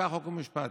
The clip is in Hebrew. חבר הכנסת סעדי,